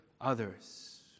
others